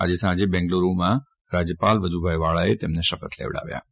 આજે સાંજે બેગલુરૂમાં રાજ્યપાલ વજુભાઇ વાળાએ તેમને શપથ લેવડાવ્યા હતા